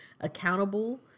accountable